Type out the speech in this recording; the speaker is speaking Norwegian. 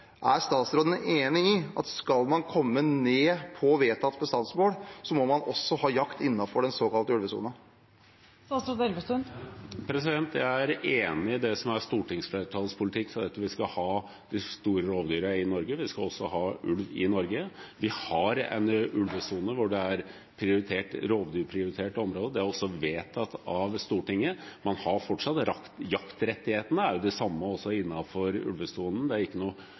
Er statsråden enig i at skal man komme ned på vedtatt bestandsmål, må man også ha jakt innenfor den såkalte ulvesonen? Jeg er enig i det som er stortingsflertallets politikk for dette: Vi skal ha de store rovdyrene i Norge, vi skal også ha ulv i Norge. Vi har en ulvesone hvor det er et rovdyrprioritert område. Det er også vedtatt av Stortinget. Man har fortsatt jaktrettigheter, de er jo de samme også innenfor ulvesonen, det er ikke noe